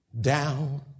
down